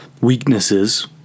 weaknesses